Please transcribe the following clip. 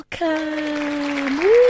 welcome